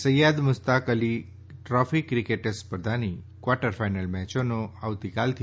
Syed Mushtaq Ali trophy cricket સ્પર્ધાની quarter final મેચોનો આવતીકાલથી